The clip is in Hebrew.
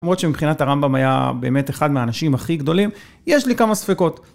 למרות שמבחינת הרמב״ם היה באמת אחד מהאנשים הכי גדולים, יש לי כמה ספקות.